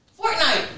fortnite